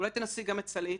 אולי תנסי גם את סלעית?